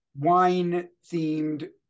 wine-themed